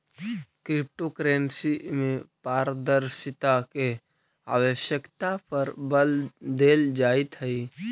crypto currency में पारदर्शिता के आवश्यकता पर बल देल जाइत हइ